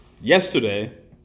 Yesterday